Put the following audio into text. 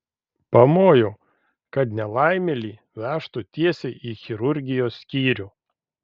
pamojau kad nelaimėlį vežtų tiesiai į chirurgijos skyrių